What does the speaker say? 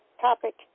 topic